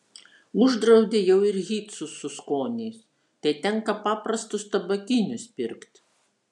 uždraudė jau ir hytsus su skoniais tai tenka paprastus tabakinius pirkt